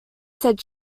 said